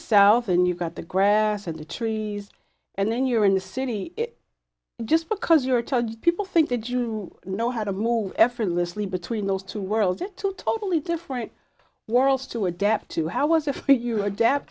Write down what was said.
f and you've got the grass and the tree and then you're in the city just because you're told people think that you know how to move effortlessly between those two worlds two totally different worlds to adapt to how was it